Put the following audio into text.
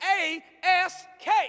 A-S-K